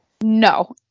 No